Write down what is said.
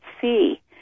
see